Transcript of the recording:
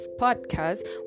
Podcast